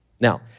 Now